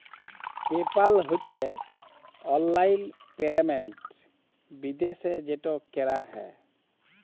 pay পাল হছে অললাইল payment বিদ্যাশে যেট ক্যরা হ্যয়